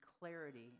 clarity